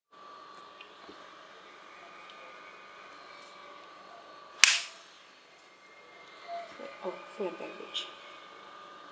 oh food and beverage